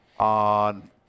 On